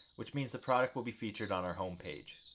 which means the product will be featured on our home page.